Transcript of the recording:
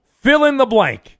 fill-in-the-blank